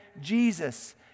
Jesus